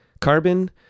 carbon